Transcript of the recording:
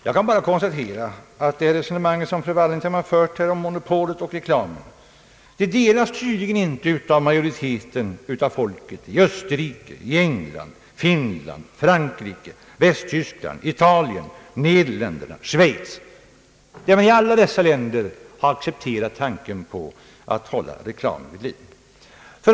Jag kan bara konstatera att det resonemang som fru Wallentheim här har fört om monopolet och reklamen tydligen inte delas av majoriteten av folken i Österrike, England, Finland, Frankrike, Västtyskland, Italien, Nederländerna och Schweiz. I alla dessa länder har man accepterat tanken på att hålla reklamen vid liv.